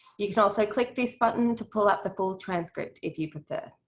you can also click this button to pull up the full transcript, if you'd prefer.